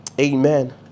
Amen